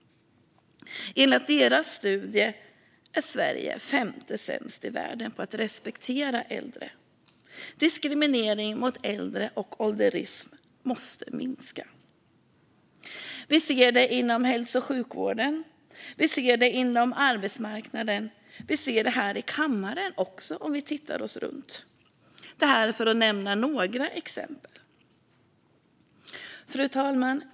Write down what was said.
Enligt deras studie är Sverige femte sämst i världen på att respektera äldre. Vi ser det inom hälso och sjukvården. Vi ser det på arbetsmarknaden. Vi ser det också här i kammaren om vi ser oss omkring. Detta för att nämna bara några exempel. Ålderismen och diskrimineringen mot äldre måste minska! Fru talman!